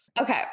Okay